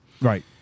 Right